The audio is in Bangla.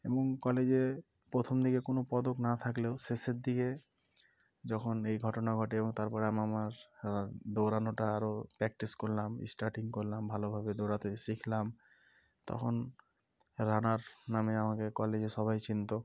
এবং কলেজে প্রথম দিকে কোনো পদক না থাকলেও শেষের দিকে যখন এই ঘটনা ঘটে এবং তার পরে আমি আমার দৌড়ানোটা আরও প্র্যাকটিস করলাম স্টার্টিং করলাম ভালোভাবে দৌড়াতে শিখলাম তখন রানার নামে আমাকে কলেজে সবাই চিনতো